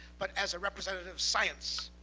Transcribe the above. but as a representative of science.